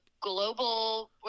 global